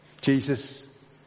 Jesus